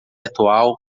atual